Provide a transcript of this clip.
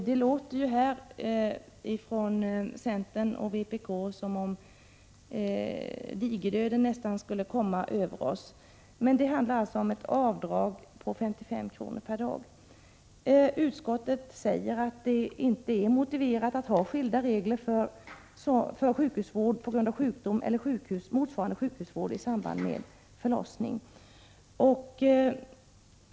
Det låter på centern och vpk nästan som om digerdöden skulle komma över oss, men det handlar alltså om ett avdrag på 55 kr. per dag. Utskottet säger att det inte är motiverat att ha skilda regler för sjukhusvård på grund av sjukdom och sjukhusvård i samband med förlossning.